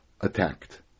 attacked